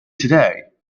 today